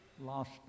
lost